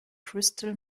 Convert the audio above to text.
crystal